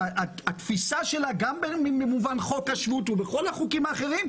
התפיסה שלה גם במובן חוק השבות ובכל החוקים האחרים,